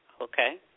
okay